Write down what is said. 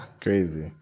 Crazy